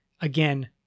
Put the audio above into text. Again